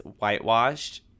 whitewashed